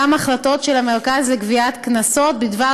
גם החלטות של המרכז לגביית קנסות בדבר